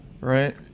right